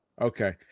Okay